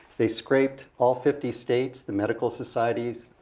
they scraped all fifty states, the medical societies,